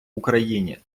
україні